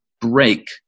break